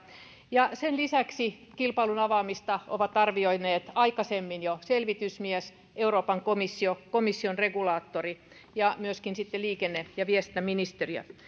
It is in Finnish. ja sen lisäksi kilpailun avaamista ovat arvioineet aikaisemmin jo selvitysmies euroopan komissio komission regulaattori ja myöskin liikenne ja viestintäministeriö